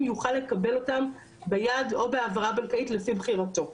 יוכל לקבל אותם ביד או בהעברה בנקאית לפי בחירתו.